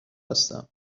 هستم